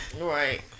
Right